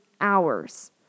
hours